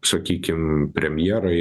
sakykim premjerai